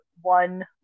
one